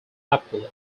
apollo